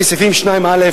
לפי סעיפים 2א,